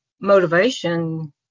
motivation